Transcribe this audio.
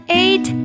eight